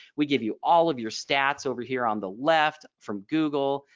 we give you all of your stats over here on the left from google.